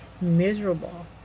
miserable